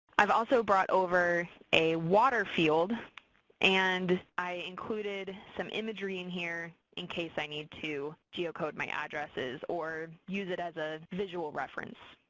i've also brought over a water field and i included some imagery and here in case i need to geocode my addresses or use it as a visual reference.